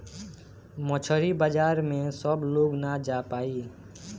मछरी बाजार में सब लोग ना जा पाई